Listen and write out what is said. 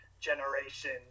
generations